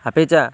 अपिच